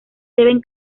deben